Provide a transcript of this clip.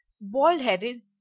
bald-headed